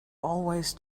always